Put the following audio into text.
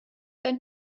ein